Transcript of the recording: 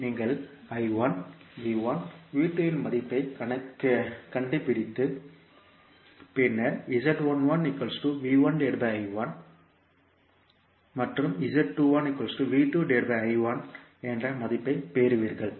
நீங்கள் இன் மதிப்பைக் கண்டுபிடித்து பின்னர் மற்றும் என்ற மதிப்பைப் பெறுவீர்கள்